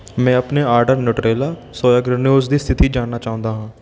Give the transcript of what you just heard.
ਮੈਂ ਆਪਣੇ order Nutrela soya granules ਦੀ ਸਥਿਤੀ ਜਾਣਨਾ ਚਾਹੁੰਦਾ ਹਾਂ